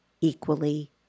equally